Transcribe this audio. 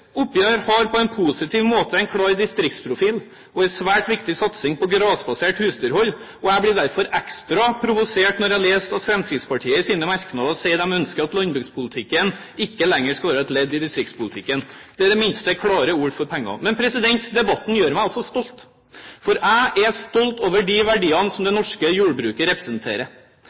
oppgjør har på en positiv måte en klar distriktsprofil og en svært viktig satsing på grasbasert husdyrhold. Jeg blir derfor ekstra provosert når jeg leser Fremskrittspartiets merknader der de sier de ønsker at «landbrukspolitikken ikke lenger skal være et ledd i distriktspolitikken». Det er i det minste klare ord for pengene. Men debatten gjør meg også stolt. For jeg er stolt over de verdiene som det norske jordbruket representerer.